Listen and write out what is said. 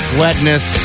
wetness